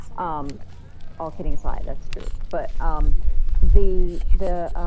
um all kidding aside, that's true, but um the the